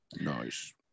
Nice